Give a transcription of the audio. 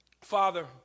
Father